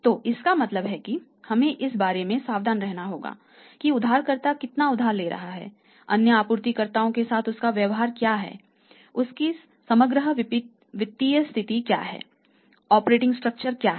तो इसका मतलब है कि हमें इस बारे में सावधान रहना होगा कि उधारकर्ता कितना उधार ले रहा है अन्य आपूर्तिकर्ताओं के साथ उसका व्यवहार क्या है उसकी समग्र वित्तीय स्थिति क्या है ओपरेटिंग स्ट्रक्चर क्या है